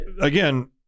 Again